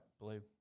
blue